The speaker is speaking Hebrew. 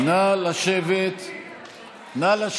נא לשבת כולם.